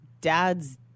dads